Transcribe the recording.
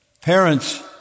parents